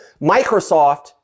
Microsoft